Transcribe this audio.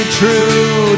true